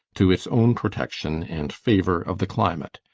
to it own protection and favour of the climate.